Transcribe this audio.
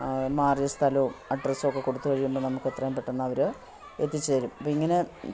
മാറിയ സ്ഥലവും അഡ്രസ്സുമൊക്കെ കൊടുത്തു കഴിയുമ്പോൾ നമുക്ക് എത്രയും പെട്ടെന്ന് അവർ എത്തിച്ചു തരും അപ്പോൾ ഇങ്ങനെ